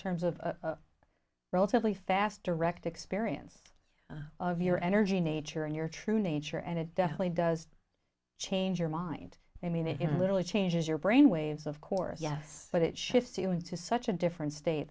terms of relatively fast direct experience of your energy nature and your true nature and it definitely does change your mind i mean it literally changes your brain waves of course yes but it shifts you into such a different state